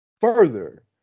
further